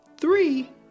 Three